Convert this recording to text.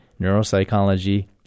neuropsychology